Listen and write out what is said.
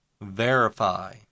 Verify